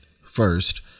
first